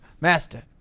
Master